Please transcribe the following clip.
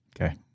Okay